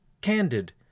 candid